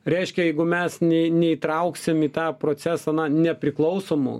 reiškia jeigu mes nė neįtrauksim į tą procesą na nepriklausomų